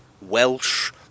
Welsh